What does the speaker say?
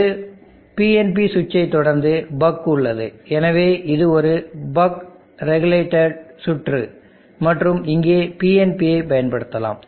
ஒரு PNP ஸ்விச்சை தொடர்ந்து பக் உள்ளது எனவே இது ஒரு பக் ரெகுலேட்டடு சுற்று மற்றும் இங்கே PNP யைப் பயன்படுத்தலாம்